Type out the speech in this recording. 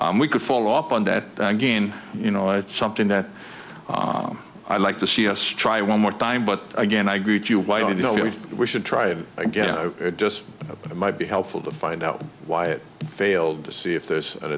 saw we could follow up on that again you know it's something that i like to see us try one more time but again i agree with you why don't you know if we should try it again it just might be helpful to find out why it failed to see if there's a